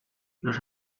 los